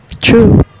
true